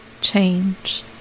change